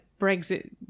Brexit